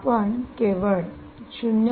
आपण केवळ 0